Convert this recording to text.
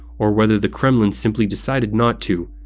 or whether the kremlin simply decided not to.